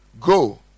go